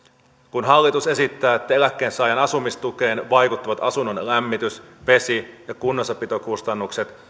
kun hallitus esittää että eläkkeensaajan asumistukeen vaikuttavat asunnon lämmitys vesi ja kunnossapitokustannukset